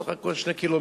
סך הכול 2 קילומטר,